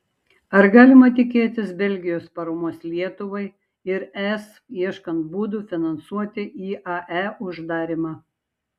ar galima tikėtis belgijos paramos lietuvai ir es ieškant būdų finansuoti iae uždarymą